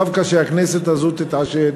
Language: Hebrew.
דווקא שהכנסת הזו תתעשת,